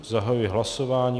Zahajuji hlasování.